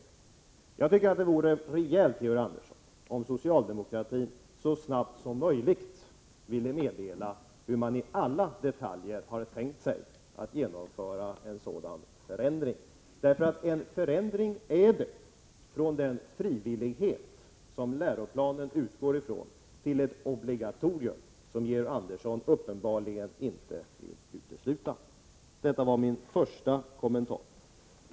Jag tycker att det vore rejält, Georg Andersson, om socialdemokratin så snart som möjligt ville meddela hur man i alla detaljer har tänkt sig att genomföra en sådan förändring. För en förändring är det, från den frivillighet som läroplanen utgår ifrån till ett obligatorium, som Georg Andersson uppenbarligen inte vill utesluta. Detta var min första kommentar.